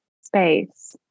space